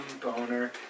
boner